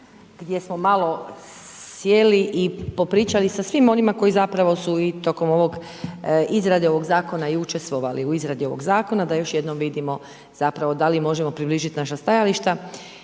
gdje smo malo sjeli i popričali sa svim onima koji zapravo su i tokom ovog, izrade ovog zakona i učestvovali u izradi ovog zakona, da još jednom vidimo zapravo, da li možemo približiti naša stajališta.